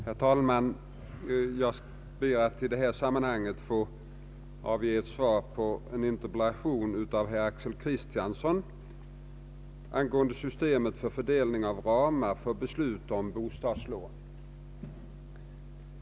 Herr talman! Jag ber att i detta sammanhang få avge ett svar på en interpellation av herr Axel Kristiansson angående systemet för fördelning av ramar för beslut om bostadslån.